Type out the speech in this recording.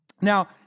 Now